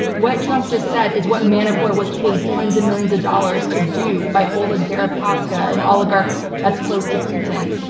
what trump just said is what manafort was paid tens of millions of dollars to do by oleg deripaska, an oligarch that's close to putin.